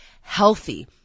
healthy